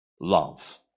love